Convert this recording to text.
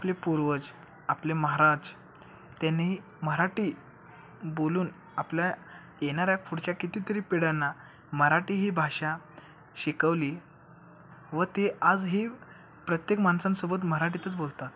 आपले पूर्वज आपले महाराज त्यांनी मराठी बोलून आपल्या येणाऱ्या पुढच्या कितीतरी पिढयांना मराठी ही भाषा शिकवली व तेआजहीी प्रत्येक माणसांसोबत मराठीतच बोलतात